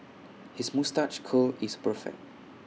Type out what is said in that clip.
his moustache curl is perfect